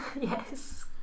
yes